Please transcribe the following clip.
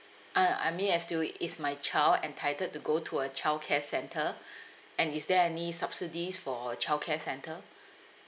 uh I mean as to is my child entitled to go to a childcare centre and is there any subsidies for a childcare centre